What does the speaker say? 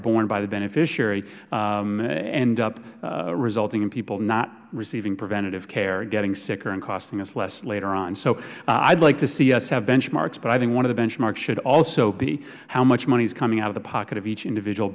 borne by the beneficiary end up resulting in people not receiving preventative care getting sicker and costing us less later on so i would like to see us have benchmarks but i think one of the benchmarks should also be how much money is coming out of the pocket of each individual